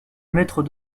mettre